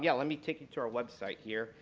yeah let me take you to our website here.